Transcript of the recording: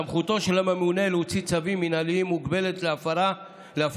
סמכותו של הממונה להוציא צווים מינהליים מוגבלת להפרת